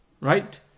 Right